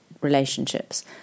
relationships